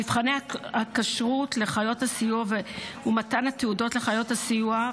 את מבחני הכשירות לחיות הסיוע ומתן התעודות לחיות הסיוע,